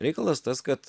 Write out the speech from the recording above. reikalas tas kad